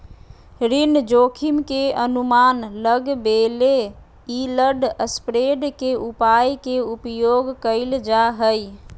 ऋण जोखिम के अनुमान लगबेले यिलड स्प्रेड के उपाय के उपयोग कइल जा हइ